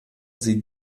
sie